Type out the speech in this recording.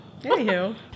anywho